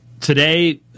today